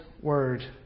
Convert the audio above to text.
word